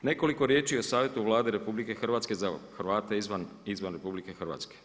Nekoliko riječi o Savjetu Vlade RH za Hrvate izvan RH.